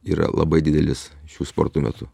yra labai didelis šių sportų metu